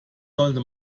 sollte